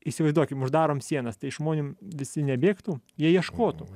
įsivaizduokim uždarom sienas tai žmonėm visi nebėgtų jie ieškotų